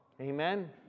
amen